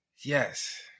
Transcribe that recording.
Yes